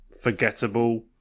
forgettable